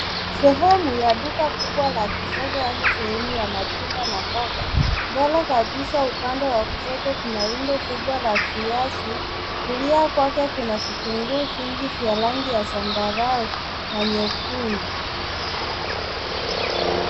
Sehemu ya duka kubwa la kisasa hasa sehemu ya matunda na mboga. Mbele kabisa upande wa kushoto kuna rundo kubwa la viazi. Kulia kwake kuna vitunguu vya rangi ya zambarau na nyekundu.